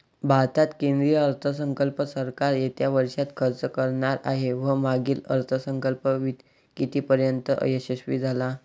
भारतात केंद्रीय अर्थसंकल्प सरकार येत्या वर्षात खर्च करणार आहे व मागील अर्थसंकल्प कितीपर्तयंत यशस्वी झाला